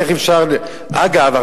אגב,